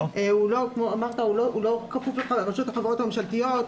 הוא לא כפוף לרשות החברות הממשלתיות,